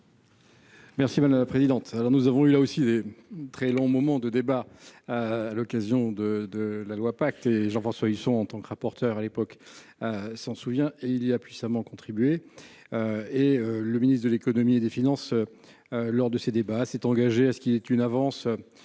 Merci madame la présidente, alors nous avons eu, là aussi, est très long moment de débat à l'occasion de de la loi pacte et Jean-François Husson en tant que rapporteur à l'époque, s'en souvient et il y a puissamment contribué et le ministre de l'Économie et des Finances lors de ces débats, s'est engagé à ce qu'il ait une avance